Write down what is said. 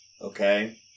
Okay